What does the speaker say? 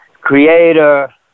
Creator